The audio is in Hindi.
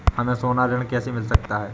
हमें सोना ऋण कैसे मिल सकता है?